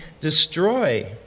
destroy